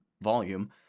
volume